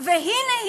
והנה,